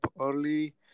early